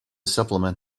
supplement